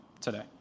today